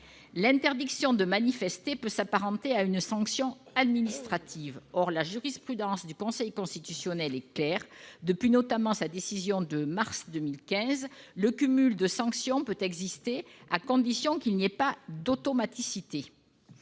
L'interdiction de manifester peut s'apparenter à une sanction administrative. Or la jurisprudence du Conseil constitutionnel est claire, notamment depuis sa décision du 18 mars 2015 : le cumul de sanctions peut exister à condition qu'il n'y ait pas d'automaticité.